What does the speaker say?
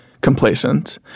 complacent